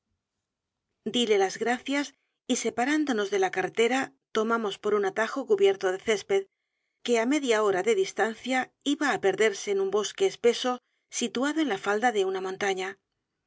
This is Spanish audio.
dile las gracias y separándonos de la jcarretera tomamos por un atajo cubierto de césped que á media h o r a de distancia iba á perderse en un bosque espeso situado en la falda de una montaña